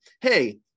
hey